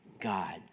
God